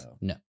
No